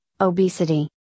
obesity